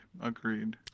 agreed